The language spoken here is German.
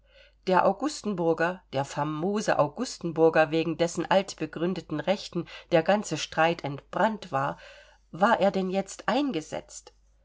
der augustenburger der famose augustenburger wegen dessen altbegründeten rechten der ganze streit entbrannt war war er denn jetzt eingesetzt